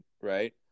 right